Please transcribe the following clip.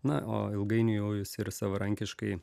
na o ilgainiui jau jis ir savarankiškai